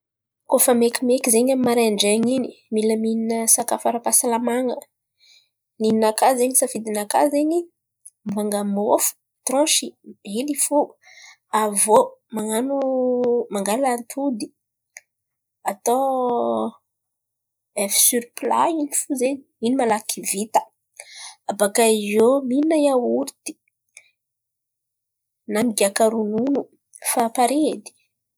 Kôa fa mekimeky zen̈y amy ny maraindrain̈y in̈y, mila mihina sakafo ara-pahasalaman̈a. Ninakà zen̈y, safidinakà zen̈y mivànga môfo tronsì ely fo, avô man̈ano mangala antody atao œiof sior plà in̈y fo zen̈y, in̈y malaky vita abôkà eo mihina iaorty na migiaka ronona, efa pare edy.